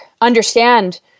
understand